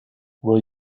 will